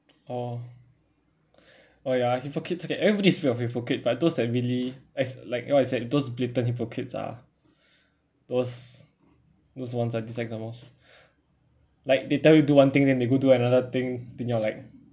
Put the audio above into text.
orh oh ya hyprocrites okay everybody's but those that really as like what I said those blatant hypocrites are those those ones I dislike most like they tell you do one thing then they go do another thing then you're like